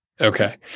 Okay